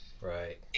right